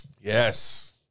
Yes